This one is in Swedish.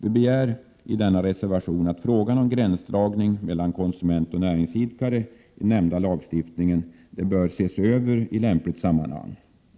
I reservationen begär vi att frågan om gränsdragning mellan konsument och näringsidkare i nämnda lagstiftning bör ses över i lämpligt sammanhang.